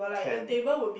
can